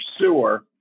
sewer